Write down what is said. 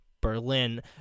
Berlin